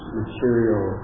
material